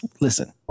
Listen